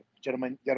German